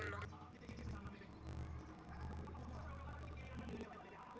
ಯಾವ ಗೊಬ್ಬರ ಯಾವ ಟೈಮ್ ನಾಗ ಹಾಕಬೇಕು?